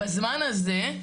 בזמן הזה,